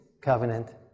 covenant